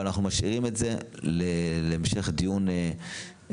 אבל אנחנו משאירים את זה להמשך דיון אחרי